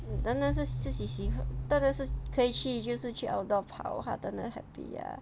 真的是自己喜欢当然是可以去就是去 outdoor 跑好它能 happy ah